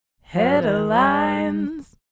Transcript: Headlines